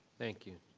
thank you.